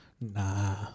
Nah